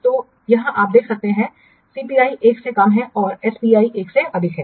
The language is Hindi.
तो यहाँ आप देख सकते हैं कि CPI 1 से कम है और SPI 1 से अधिक है